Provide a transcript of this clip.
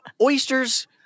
Oysters